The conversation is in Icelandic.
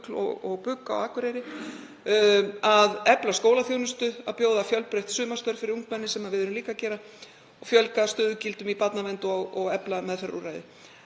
og BUGL á Akureyri, að efla skólaþjónustu, að bjóða fjölbreytt sumarstörf fyrir ungmenni, sem við erum líka að gera, að fjölga stöðugildum í barnavernd og efla meðferðarúrræði.